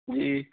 جی